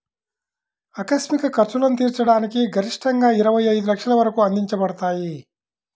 ఆకస్మిక ఖర్చులను తీర్చడానికి గరిష్టంగాఇరవై ఐదు లక్షల వరకు అందించబడతాయి